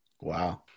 Wow